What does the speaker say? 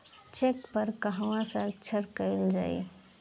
Check पर कहवा हस्ताक्षर कैल जाइ?